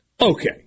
okay